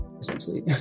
essentially